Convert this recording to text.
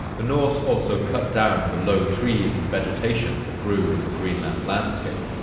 the norse also cut down the low trees and vegetation that grew in the greenland landscape,